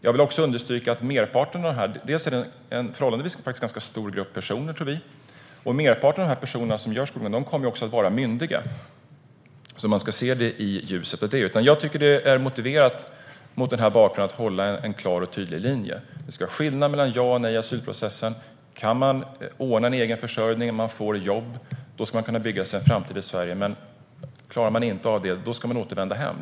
Jag vill också understryka att merparten av personerna i denna förhållandevis stora grupp kommer att vara myndiga. Man ska se detta i ljuset av det. Mot den bakgrunden tycker jag att det är motiverat att hålla en klar och tydlig linje. Det ska vara skillnad på ja och nej i asylprocessen. Om man kan ordna egen försörjning och får jobb ska man kunna bygga sig en framtid i Sverige. Men om man inte klarar av det ska man återvända hem.